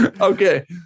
Okay